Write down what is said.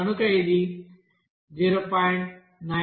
కనుక ఇది 0